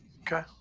Okay